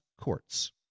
courts